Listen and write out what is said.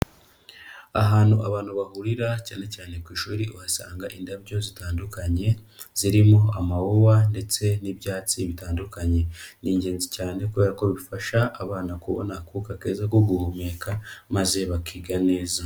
Ahantu abantu bahurira cyane cyane ku ishuri uhasanga indabyo zitandukanye zirimo amawuwa ndetse n'ibyatsi bitandukanye. Ni ingenzi cyane kubera ko bifasha abana kubona akuka keza ko guhumeka maze bakiga neza.